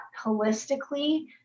holistically